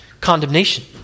condemnation